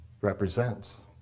represents